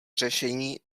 řešení